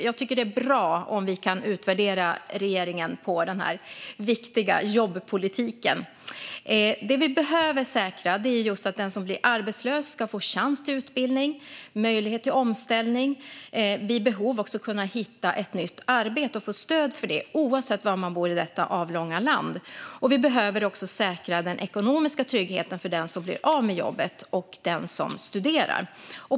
Jag tycker att det är bra att utvärdera regeringen på den här viktiga jobbpolitiken. Det vi behöver säkra är att den som blir arbetslös ska få chans till utbildning och möjlighet till omställning samt vid behov få stöd för att kunna hitta ett nytt arbete, oavsett var man bor i detta avlånga land. Vi behöver också säkra den ekonomiska tryggheten för den som blir av med jobbet och den som studerar.